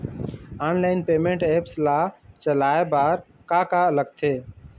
Online payment apps ला चलाए बार का का लगथे?